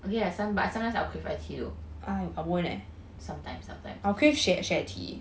okay lah some but sometimes I will crave iTea though sometime sometime